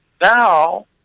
Now